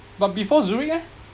but before Zurich eh